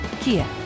Kia